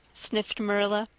sniffed marilla.